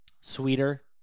Sweeter